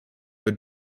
but